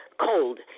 cold